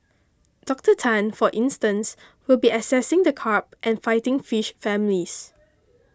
Docter Tan for instance will be assessing the carp and fighting fish families